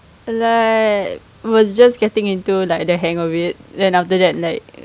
like was just getting into like the hang of it then after that like